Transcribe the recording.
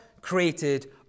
created